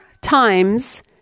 times